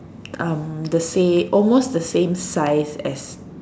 um the same almost the same size as